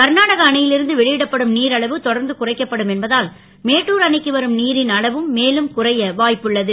கர்நாடக அணை ல் இருந்து வெளி டப்படும் நீர் அளவு தொடர்ந்து குறைக்கப்படும் என்பதால் மேட்டூர் அணைக்கு வரும் நீரின் அளவும் மேலும் குறைய வா ப்பு உள்ளது